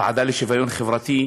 בוועדה לשוויון חברתי,